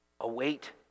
Await